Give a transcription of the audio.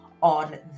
on